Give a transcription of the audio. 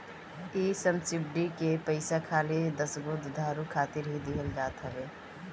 इ सब्सिडी के पईसा खाली दसगो दुधारू खातिर ही दिहल जात हवे